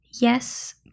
Yes